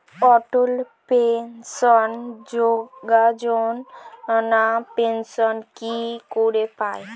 অটল pension Yojana pension কি করে পায়?